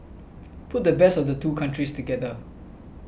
put the best of the two countries together